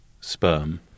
sperm